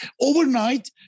Overnight